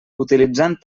utilitzant